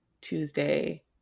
Tuesday